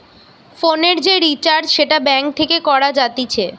ফোনের যে রিচার্জ সেটা ব্যাঙ্ক থেকে করা যাতিছে